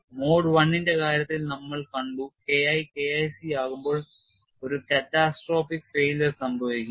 mode I ന്റെ കാര്യത്തിൽ നമ്മൾ കണ്ടു K I K IC ആകുമ്പോൾ catastrophic failure സംഭവിക്കും